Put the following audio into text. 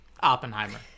Oppenheimer